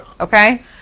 okay